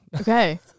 Okay